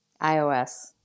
iOS